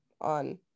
on